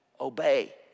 Obey